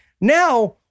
now